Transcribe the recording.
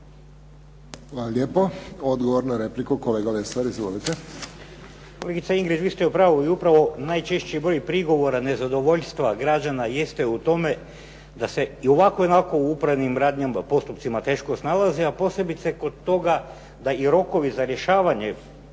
Hvala lijepo. Odgovor na repliku, kolega Lesar, izvolite. **Lesar, Dragutin (Nezavisni)** Gospođo Ingrid vi ste u pravu i upravo najčešći broj prigovora nezadovoljstva građana jeste u tome da se i ovako i onako u upravnim radnjama, postupcima teško snalaze a posebice kod toga da rokovi za rješavanje